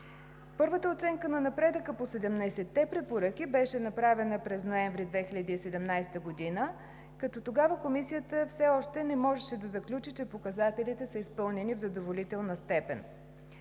Първата оценка на напредъка по 17-те препоръки беше направена през месец ноември 2017 г., като тогава Комисията все още не можеше да заключи, че показателите са изпълнени в задоволителна степен.